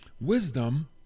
Wisdom